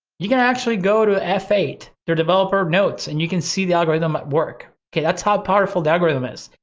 you can actually go to f eight, the developer notes and you can see the algorithm at work, okay? that's how powerful the algorithm is.